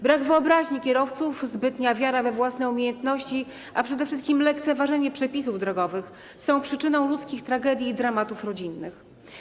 Brak wyobraźni kierowców, zbytnia wiara we własne umiejętności, a przede wszystkim lekceważenie przepisów drogowych są przyczyną ludzkich tragedii i dramatów rodzinnych.